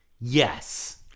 Yes